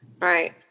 right